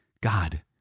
God